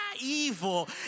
evil